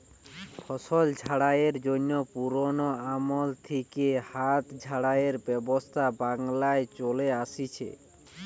ফসল ঝাড়াইয়ের জন্যে পুরোনো আমল থিকে হাত ঝাড়াইয়ের ব্যবস্থা বাংলায় চলে আসছে